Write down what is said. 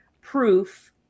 proof